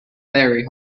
very